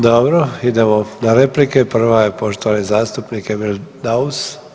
Dobro, idemo na replike, prva je poštovani zastupnik Emil Daus.